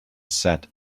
said